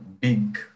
big